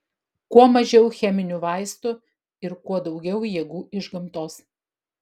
kuo mažiau cheminių vaistų ir kuo daugiau jėgų iš gamtos